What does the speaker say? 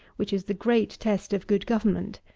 which is the great test of good government,